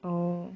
oh